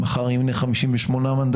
מחר ימנה 58 מנדטים,